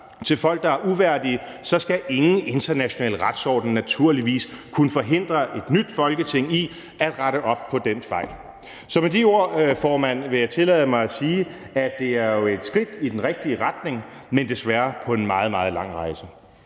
til folk, der er uværdige, så skal naturligvis ingen international retsorden kunne forhindre et nyt Folketing i at rette op på den fejl. Så med de ord, formand, vil jeg tillade mig at sige, at det jo er et skridt i den rigtige retning, men desværre på en meget, meget lang rejse.